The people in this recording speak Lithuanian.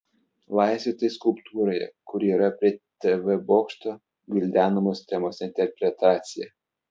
laisvė tai skulptūroje kuri yra prie tv bokšto gvildenamos temos interpretacija